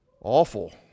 awful